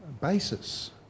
basis